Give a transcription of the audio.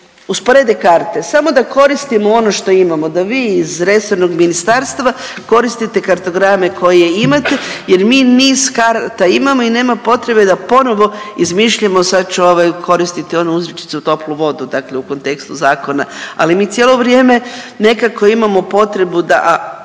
usporede karte, samo da koristimo ono što imamo, da vi iz resornog ministarstva koristite kartograme koje imate jer mi niz karata imamo i nema potrebe da ponovo izmišljamo, sad ću ovaj koristiti onu uzrečicu toplu vodu dakle u kontekstu zakona, ali mi cijelo vrijeme nekako imamo potrebu da